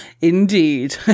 Indeed